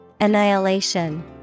Annihilation